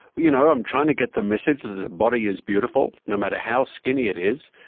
you know, i'm trying to get the message that the body is beautiful, no matter how skinny it is,